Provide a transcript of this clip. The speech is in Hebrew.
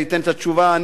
ייתן את התשובה,